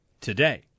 today